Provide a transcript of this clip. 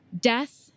Death